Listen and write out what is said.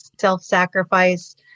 self-sacrifice